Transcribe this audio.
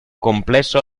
complesso